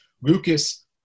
Lucas